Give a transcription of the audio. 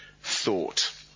thought